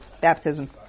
baptism